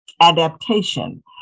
adaptation